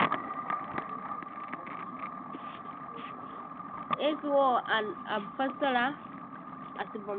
toh – toh A’ciwo an am hafassara asibaŋ